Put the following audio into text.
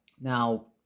Now